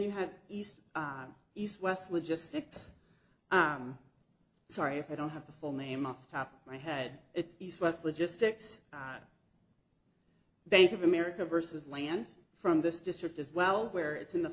you had east east west logistics i'm sorry if i don't have the full name off the top of my head it was logistics bank of america versus land from this district as well where it's in the